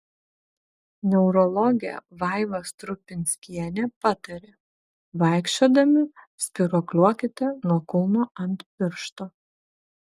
neurologė vaiva strupinskienė patarė vaikščiodami spyruokliuokite nuo kulno ant piršto